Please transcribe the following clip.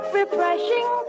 refreshing